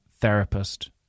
Therapist